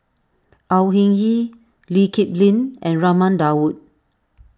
Au Hing Yee Lee Kip Lin and Raman Daud